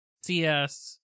CS